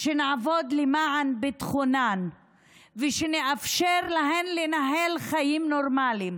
שנעבוד למען ביטחונן ושנאפשר להן לנהל חיים נורמליים.